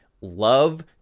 love